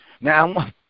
Now